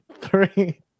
three